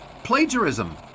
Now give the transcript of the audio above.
Plagiarism